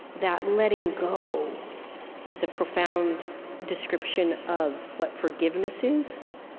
that letting go is a profound description of what forgiveness is,